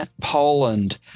Poland